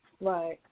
Right